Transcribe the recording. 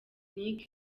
nick